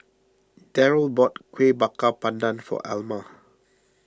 Daryle bought Kueh Bakar Pandan for Alma